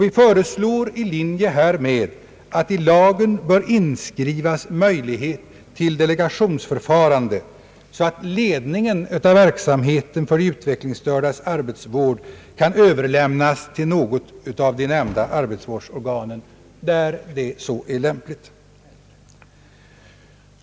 Vi föreslår i linje härmed att i lagen inskrives möjlighet till delegationsförfarande så att ledningen av verksamheten för de utvecklingsstördas arbetsvård kan Ööverlämnas till något av de nämnda arbetsvårdsorganen, där så är lämpligt.